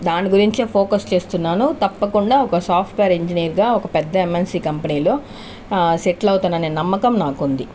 దాని గురించి ఫోకస్ చేస్తున్నాను తప్పకుండా ఒక సాఫ్ట్వేర్ ఇంజనీర్ గా ఒక పెద్ద ఎంఎన్సి కంపెనీ లో సెటిల్ అవుతాననే నమ్మకం నాకుంది